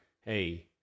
Hey